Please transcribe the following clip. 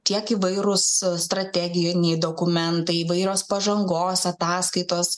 tiek įvairūs strategijiniai dokumentai įvairios pažangos ataskaitos